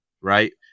right